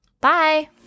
Bye